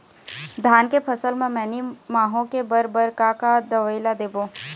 धान के फसल म मैनी माहो के बर बर का का दवई ला देबो?